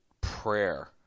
prayer